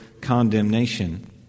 condemnation